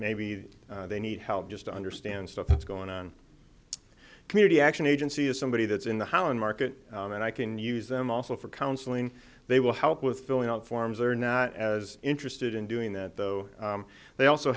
maybe they need help just to understand stuff that's going on community action agency is somebody that's in the holland market and i can use them also for counseling they will help with filling out forms or not as interested in doing that though they also